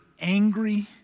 angry